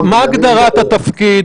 מה הגדרת התפקיד?